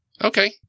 Okay